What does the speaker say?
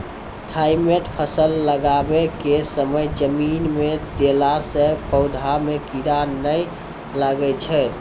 Thimet फ़सल लगाबै के समय जमीन मे देला से पौधा मे कीड़ा नैय लागै छै?